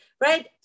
Right